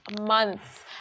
months